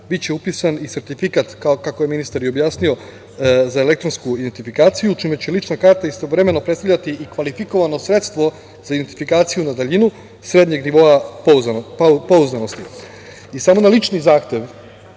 biće upisan i sertifikata, kako je ministar i objasnio za elektronsku identifikaciju, čime će lična karta istovremeno predstavljati i kvalifikovano sredstvo za identifikaciju na daljinu srednjeg nivoa pouzdanosti. Samo na lični zahtev